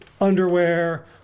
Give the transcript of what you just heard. underwear